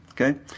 Okay